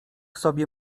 sobie